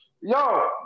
Yo